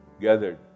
gathered